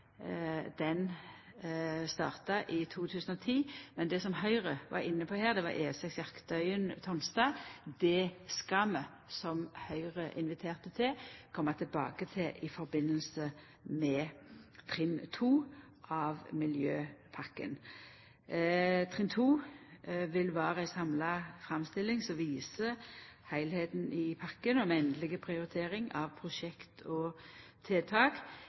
Den starta i 2010. Men det som Høgre var inne på her, E6 Jaktøyen–Tonstad, skal vi, som Høgre inviterte til, koma tilbake til i samband med trinn 2 av miljøpakken. Trinn 2 vil vera ei samla framstilling som viser heilskapen i pakken, og med endeleg prioritering av prosjekt og tiltak.